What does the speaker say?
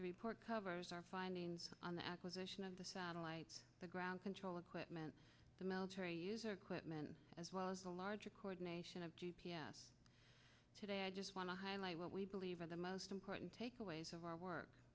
the report covers our findings on the acquisition of the satellites the ground control equipment the military user quitman as well as the larger coordination of g p s today i just want to highlight what we believe are the most important takeaways of our work